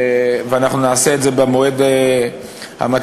ואנחנו נעשה את זה במועד המתאים.